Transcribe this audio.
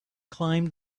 climbed